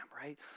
right